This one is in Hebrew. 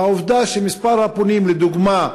והעובדה שמספר הפונים, לדוגמה,